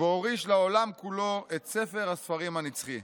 והוריש לעולם כולו את ספר הספרים הנצחי.